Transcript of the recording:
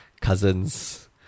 cousins